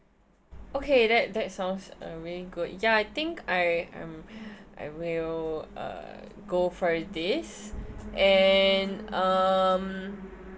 okay that that sounds uh really good ya I think I'm I will uh go for this and um